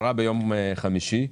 יום חמישי.